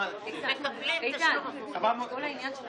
מה שאני רוצה להגיד זה שבמדינת ישראל